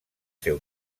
seu